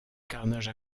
carnage